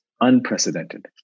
unprecedented